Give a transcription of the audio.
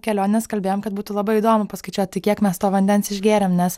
kelionės kalbėjom kad būtų labai įdomu paskaičiuoti kiek mes to vandens išgėrėm nes